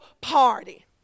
party